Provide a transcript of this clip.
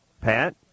Pat